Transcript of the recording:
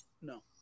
No